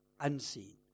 unseen